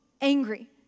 angry